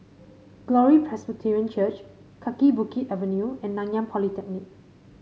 Glory Presbyterian Church Kaki Bukit Avenue and Nanyang Polytechnic